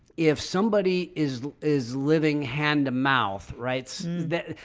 if somebody is is living hand to mouth writes that,